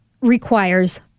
requires